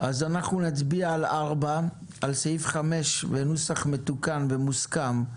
אנחנו מצביעים על סעיף 4. סעיף 5 - בנוסח מתוקן ומוסכם,